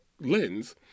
lens